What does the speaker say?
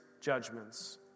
judgments